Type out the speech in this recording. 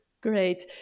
great